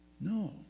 No